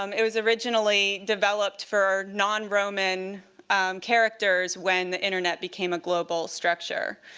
um it was originally developed for non-roman characters when the internet became a global structure.